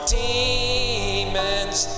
demons